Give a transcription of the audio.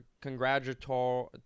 congratulatory